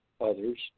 others